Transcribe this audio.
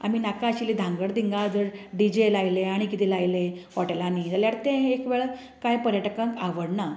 आमी नाका आशिल्लें धांगड धिंगाड जर डी जे लायलें आनी कितें लायलें हाॅटेलांनी जाल्यार तें एक वेळार कांय पर्यटकांक आवडना